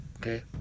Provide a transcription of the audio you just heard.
okay